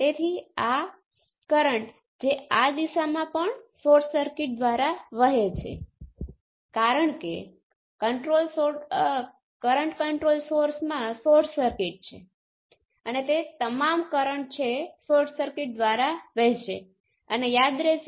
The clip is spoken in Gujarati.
એ જ રીતે જો ફોરવર્ડ પેરામિટર એ z પેરામિટર માં 0 છે એટલે કે જો z21 એ 0 છે તો ફોર્વર્ડ નું પેરામિટર y21 h21 અથવા g21 પણ 0 હશે